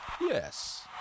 Yes